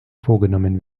vorgenommen